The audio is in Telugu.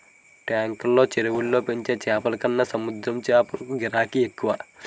టాంకులు, చెరువుల్లో పెంచే చేపలకన్న సముద్రపు చేపలకే గిరాకీ ఎక్కువరా